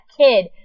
kid